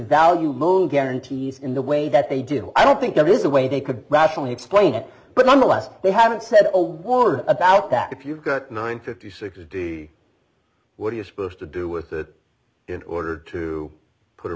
value most guarantees in the way that they did i don't think there is a way they could rationally explain it but nonetheless they haven't said a word about that if you've got nine fifty six d what are you supposed to do with that in order to put a